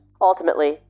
ultimately